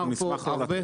כלום.